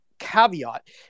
caveat